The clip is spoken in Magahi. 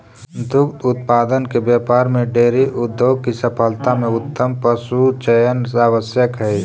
दुग्ध उत्पादन के व्यापार में डेयरी उद्योग की सफलता में उत्तम पशुचयन आवश्यक हई